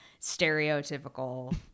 stereotypical